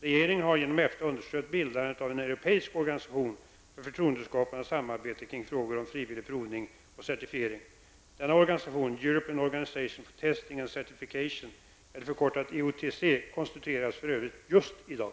Regeringen har inom EFTA understött bildandet av en konstituerades för övrigt just i dag.